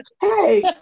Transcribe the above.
hey